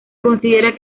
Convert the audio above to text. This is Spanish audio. considera